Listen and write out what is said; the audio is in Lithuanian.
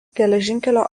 geležinkelio